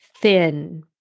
thin